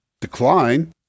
decline